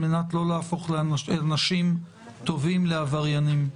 על מנת לא להפוך אנשים טובים לעבריינים.